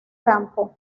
campo